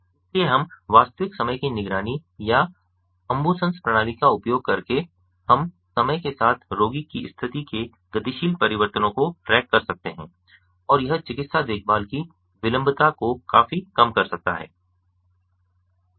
इसलिए हम वास्तविक समय की निगरानी या अंबुन्स प्रणाली का उपयोग करके हम समय के साथ रोगी की स्थिति के गतिशील परिवर्तनों को ट्रैक कर सकते हैं और यह चिकित्सा देखभाल की विलंबता को काफी कम कर सकता है